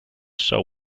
show